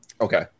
Okay